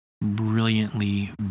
brilliantly